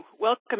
Welcome